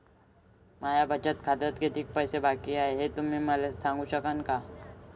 माया बचत खात्यात कितीक पैसे बाकी हाय, हे तुम्ही मले सांगू सकानं का?